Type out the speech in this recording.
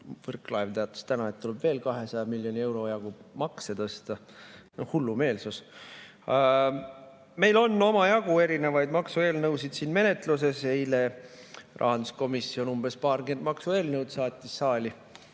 Võrklaev teatas täna, et tuleb veel 200 miljoni euro jagu makse tõsta. No hullumeelsus! Meil on omajagu erinevaid maksueelnõusid siin menetluses, eile saatis rahanduskomisjon umbes paarkümmend maksueelnõu saali.